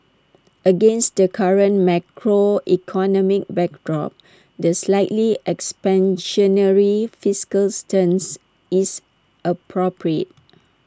against the current macroeconomic backdrop the slightly expansionary fiscal stance is appropriate